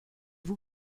vous